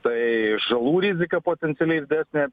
tai žalų rizika potencialiai didesnė